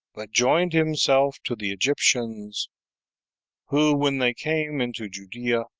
but joined himself to the egyptians who when they came into judea,